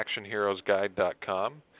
actionheroesguide.com